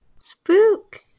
Spook